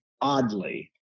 oddly